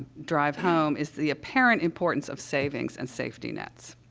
drive home is the apparent importance of savings and safety nets.